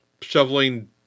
shoveling